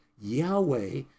Yahweh